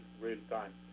real-time